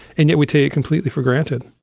and yet we take it completely for granted.